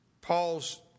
Paul's